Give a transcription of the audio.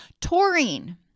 Taurine